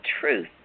truth